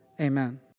amen